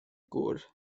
gŵr